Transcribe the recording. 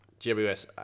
GWS